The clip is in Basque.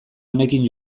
honekin